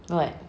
what